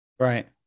Right